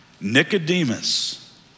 Nicodemus